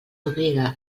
obliga